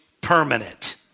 permanent